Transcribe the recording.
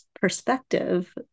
perspective